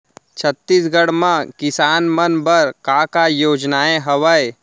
छत्तीसगढ़ म किसान मन बर का का योजनाएं हवय?